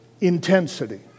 intensity